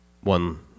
one